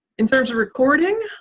in terms of recording?